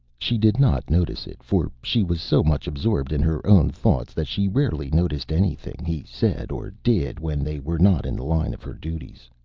she did not notice it, for she was so much absorbed in her own thoughts that she rarely noticed anything he said or did when they were not in the line of her duties.